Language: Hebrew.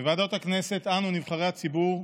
בוועדות הכנסת אנו, נבחרי הציבור,